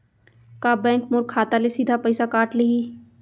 का बैंक मोर खाता ले सीधा पइसा काट लिही?